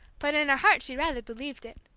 but in her heart she rather believed it.